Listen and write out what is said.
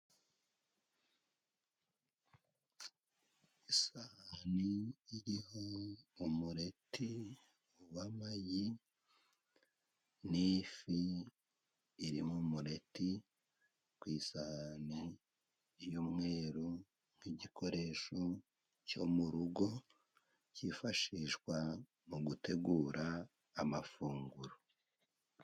Isahani iriho umurete w'amagi n'ifi iri mu mureti, ku isahani y'umweru nk'igikoresho cyo mu rugo, cyifashishwa mu gutegura amafunguro.